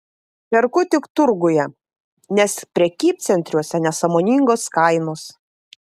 perku tik turguje nes prekybcentriuose nesąmoningos kainos